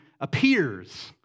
appears